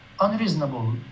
unreasonable